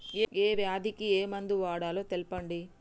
ఏ వ్యాధి కి ఏ మందు వాడాలో తెల్పండి?